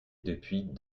depuis